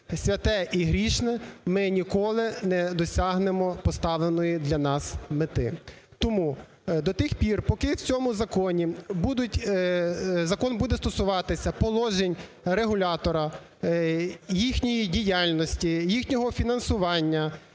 святе і грішне, ми ніколи не досягнемо поставленої для нас мети. Тому до тих пір, поки в цьому законі будуть… закон буде стосуватися положень регулятора, їхньої діяльності, їхнього фінансування